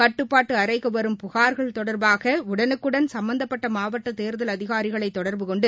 கட்டுப்பாட்டு அறைக்கு வரும் புகார்கள் தொடர்பாக உடனுக்குடன் சம்பந்தப்பட்ட மாவட்ட தேர்தல் அதிகாரிகளை தொடர்பு கொண்டு